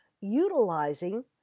utilizing